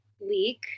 leak